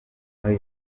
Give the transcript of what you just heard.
muri